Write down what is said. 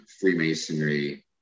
Freemasonry